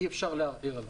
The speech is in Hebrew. אי-אפשר לערער עליו.